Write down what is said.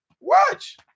Watch